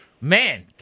man